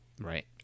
right